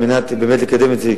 על מנת לקדם את זה,